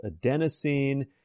adenosine